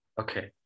Okay